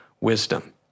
wisdom